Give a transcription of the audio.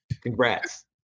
Congrats